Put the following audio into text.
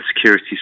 security